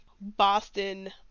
Boston